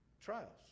trials